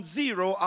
zero